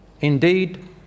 Indeed